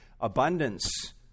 abundance